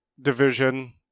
division